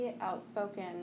outspoken